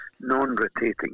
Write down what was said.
non-rotating